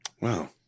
Wow